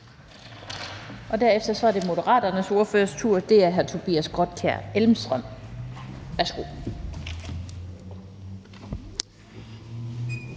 Derefter er det Moderaternes ordførers tur, og det er hr. Tobias Grotkjær Elmstrøm. Værsgo.